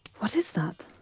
what is that?